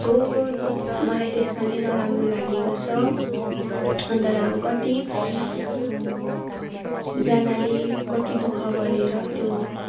so मलाई त्यसमा नै नराम्रो लागेको छ अन्त र अब कतिजनाले कति दुःख गरेर त्यो